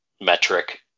metric